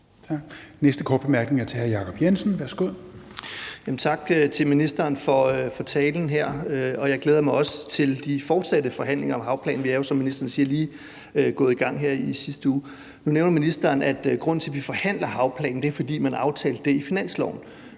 Tak. Den næste korte bemærkning er til hr. Jacob Jensen. Værsgo. Kl. 17:27 Jacob Jensen (V): Tak til ministeren for talen her. Jeg glæder mig også til de fortsatte forhandlinger om havplanen. Vi er jo, som ministeren siger, lige gået i gang her i sidste uge. Nu nævner ministeren, at grunden til, at vi forhandler om havplanen, er, at man aftalte det i finansloven.